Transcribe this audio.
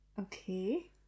Okay